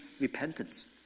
repentance